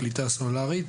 הקליטה הסלולרית.